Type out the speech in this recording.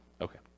Okay